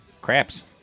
Craps